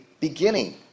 beginning